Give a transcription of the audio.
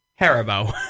Haribo